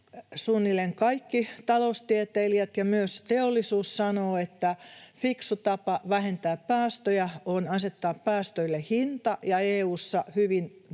suunnilleen kaikki taloustieteilijät ja myös teollisuus sanovat, että fiksu tapa vähentää päästöjä on asettaa päästöille hinta, ja EU:ssa hyvin sen